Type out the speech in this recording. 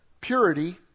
purity